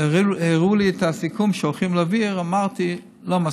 הראו לי את הסיכום שהולכים להעביר ואמרתי: לא מספיק.